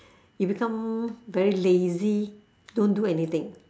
you become very lazy don't do anything